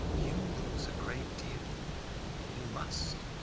you lose a great deal you must,